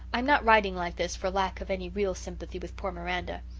i am not writing like this for lack of any real sympathy with poor miranda.